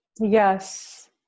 yes